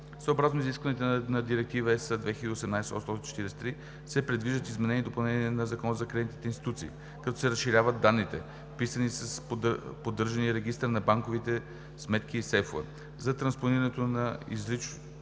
Съобразно изискванията на Директива ЕС 2018/843 се предвиждат изменения и допълнения на Закона за кредитните институции, като се разширяват данните, вписвани с поддържания регистър на банковите сметки и сейфове. За транспонирането на изричното